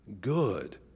good